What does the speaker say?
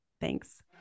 Thanks